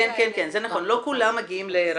כן, זה נכון, לא כולם מגיעים לרווחה.